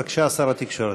בבקשה, שר התקשורת.